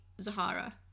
Zahara